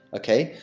okay.